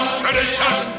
tradition